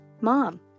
Mom